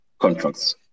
contracts